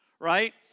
right